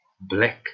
black